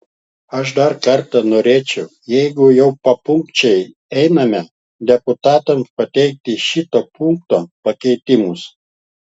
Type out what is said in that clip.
aš dar kartą norėčiau jeigu jau papunkčiui einame deputatams pateikti šito punkto pakeitimus